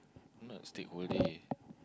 not stick whole day